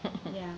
yeah